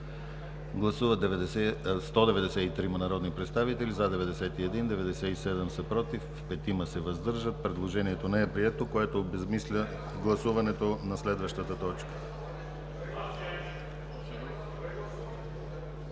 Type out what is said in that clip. Гласували 193 народни представители: за 91, против 97, въздържали се 5. Предложението не е прието, което обезсмисля гласуването на следващата точка.